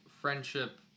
friendship